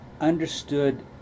understood